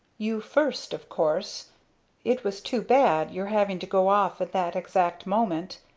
you first of course it was too bad! your having to go off at that exact moment.